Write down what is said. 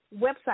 website